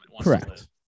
Correct